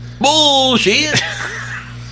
Bullshit